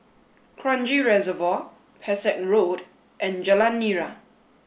Kranji Reservoir Pesek Road and Jalan Nira